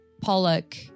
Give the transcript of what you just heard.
Pollock